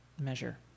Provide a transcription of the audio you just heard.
measure